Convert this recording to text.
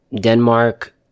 Denmark